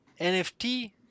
NFT